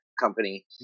company